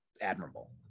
admirable